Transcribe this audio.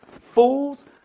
fools